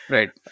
Right